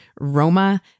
Roma